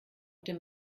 dem